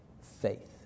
faith